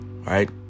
Right